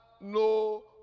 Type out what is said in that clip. no